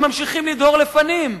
הם ממשיכים לדהור לפנים.